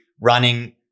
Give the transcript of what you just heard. running